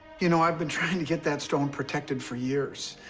you know, i've been trying to get that stone protected for years,